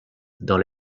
dans